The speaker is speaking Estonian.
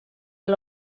all